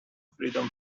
freedom